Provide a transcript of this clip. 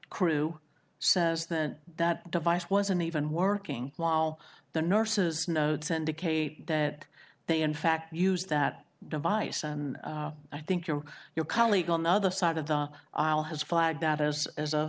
crew says that that device wasn't even working while the nurses notes indicate that they in fact used that device and i think your your colleague on the other side of the aisle has flagged that as as a